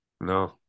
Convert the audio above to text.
no